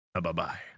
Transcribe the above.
Bye-bye